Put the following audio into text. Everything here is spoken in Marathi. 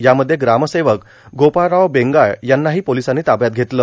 यामध्ये ग्रामसेवक गोपाळराव बगाळ यांनाहो पोर्लसांनी ताब्यात घेतले